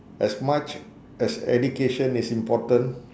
as much as education is important